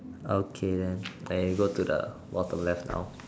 okay then I go to the bottom left now